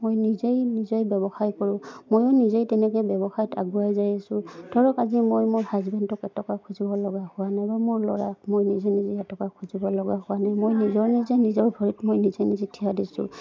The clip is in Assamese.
মই নিজেই নিজেই ব্যৱসায় কৰোঁ ময়ো নিজেই তেনেকৈ ব্যৱসায়ত আগুৱাই যাই আছো ধৰক আজি মই মোৰ হাজবেণ্ডেক এটকাও খুজিব লগা হোৱা নাই বা মোৰ ল'ৰাক মই নিজে নিজে এটকা খুজিব লগা হোৱা নাই মই নিজৰ নিজে নিজৰ ভৰিত মই নিজে নিজে থিয় দিছোঁ